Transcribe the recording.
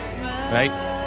right